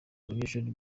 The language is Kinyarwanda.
abanyeshuri